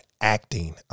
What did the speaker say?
acting